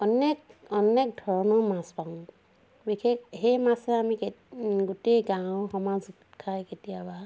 অনেক অনেক ধৰণৰ মাছ পাওঁ বিশেষ সেই মাছে আমি কেত গোটেই গাঁও সমাজত খায় কেতিয়াবা